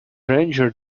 ranger